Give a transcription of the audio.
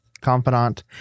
Confidant